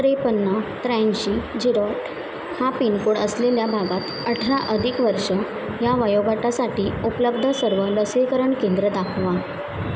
त्रेपन्न त्र्याऐंशी झिरो आठ हा पिन कोड असलेल्या भागात अठरा अधिक वर्ष या वयोगटासाठी उपलब्ध सर्व लसीकरण केंद्र दाखवा